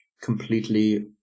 completely